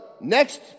next